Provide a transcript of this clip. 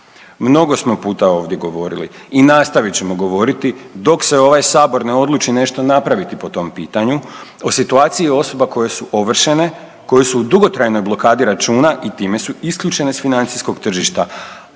Mnogo smo puta ovdje govorili i nastavit ćemo govoriti dok se ovaj Sabor ne odluči nešto napraviti po tom pitanju, o situaciji osoba koje su ovršene, koje su u dugotrajnoj blokadi računa i time su isključene s financijskog tržišta,